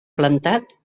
plantat